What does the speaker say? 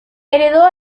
heredó